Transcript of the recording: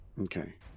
Okay